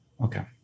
Okay